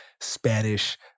Spanish